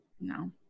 No